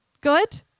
Good